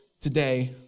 today